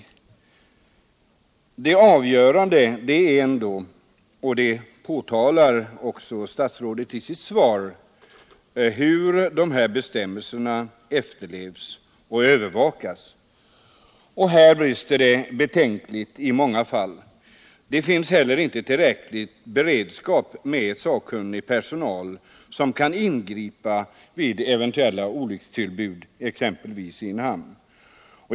Men det avgörande är ändå — och det framhåller också statsrådet i sitt svar — hur dessa bestämmelser efterlevs och övervakas. Här brister det betänkligt i många fall. Det finns inte tillräcklig beredskap med sakkunnig personal som kan ingripa vid eventuella olyckstillbud, exempelvis i en hamn.